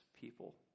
people